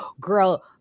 girl